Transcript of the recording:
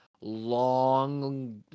long